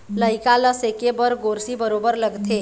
लइका ल सेके बर गोरसी बरोबर लगथे